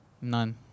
None